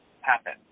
happen